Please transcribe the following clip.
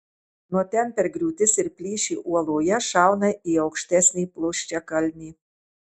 nuo ten per griūtis ir plyšį uoloje šauna į aukštesnį plokščiakalnį